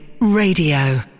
Radio